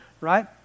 right